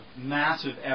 massive